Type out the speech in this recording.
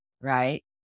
right